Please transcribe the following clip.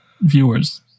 viewers